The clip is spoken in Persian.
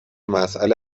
مسئله